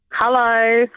Hello